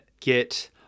get